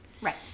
Right